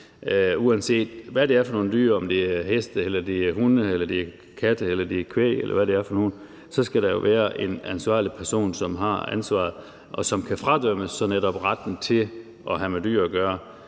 Uanset hvad det er for nogle dyr, om det er heste, hunde, katte eller kvæg, eller hvad det er for nogle, så skal der jo være en person, som har ansvaret, og som så netop kan fradømmes retten til at have med dyr at gøre.